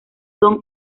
son